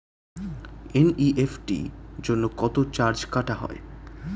NEFT জন্য কত charge কাটা হয়?